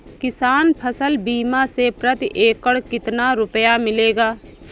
किसान फसल बीमा से प्रति एकड़ कितना रुपया मिलेगा?